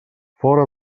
fora